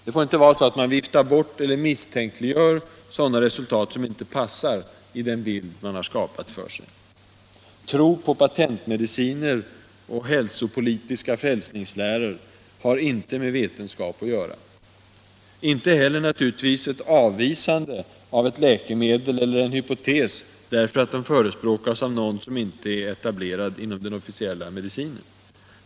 Det får inte vara så, att man viftar bort eller misstänkliggör sådana resultat som inte passar i den bild som man har skapat för sig. Tro på patentmediciner och hälsopolitiska frälsningsläror har inte med vetenskap att göra. Det har inte heller, naturligtvis, ett avvisande av ett läkemedel eller en hypotes därför att de förespråkas av någon som inte är etablerad inom den officiella medicinen.